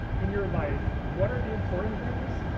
in your life, what are the important things,